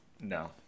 No